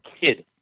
kid